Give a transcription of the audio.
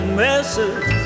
messes